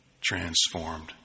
transformed